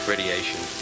radiation